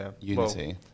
unity